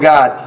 God